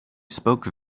spoke